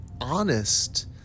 honest